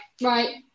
right